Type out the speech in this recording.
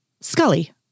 Scully